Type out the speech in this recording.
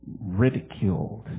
ridiculed